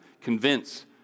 convince